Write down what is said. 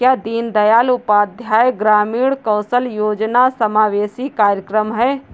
क्या दीनदयाल उपाध्याय ग्रामीण कौशल योजना समावेशी कार्यक्रम है?